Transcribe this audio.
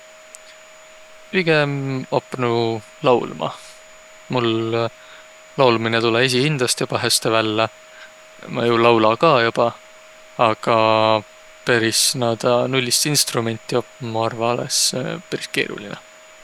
Pigem opnuq laulma. Mul laulminõ tulõ esiqhindäst joba häste vällä. Ma jo laula ka joba. Aga peris naadaq nullist instrumenti opma, ma arva, olõs peris keerulinõ.